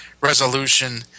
resolution –